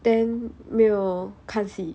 then 没有看戏